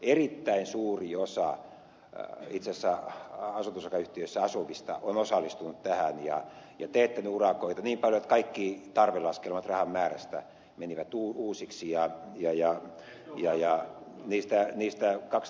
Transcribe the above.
erittäin suuri osa itse asiassa asunto osakeyhtiöissä asuvista on osallistunut tähän ja on teetetty urakoita niin paljon että kaikki tarvelaskelmat rahan määrästä menivätuuusiksi ja jäi ja jää jää mitään menivät uusiksi